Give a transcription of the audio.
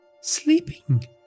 Sleeping